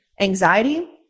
anxiety